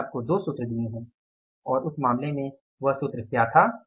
मैंने आपको 2 सूत्र दिए और उस मामले में वह सूत्र क्या था